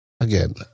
again